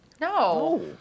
No